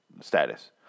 Status